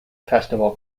festival